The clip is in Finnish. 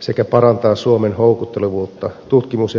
sekä parantaa suomen houkuttelevuutta tutkimus ja kehitysinvestointien kohdemaana